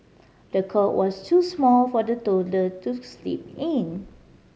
the cot was too small for the toddler to sleep in